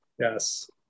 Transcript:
Yes